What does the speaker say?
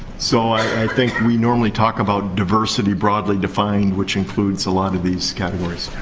so, i think we normally talk about diversity broadly defined, which includes a lot of these categories.